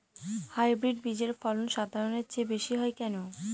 Hybrid বীজের ফলন সাধারণের চেয়ে বেশী হয় কেনো?